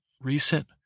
Recent